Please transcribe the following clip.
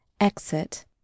exit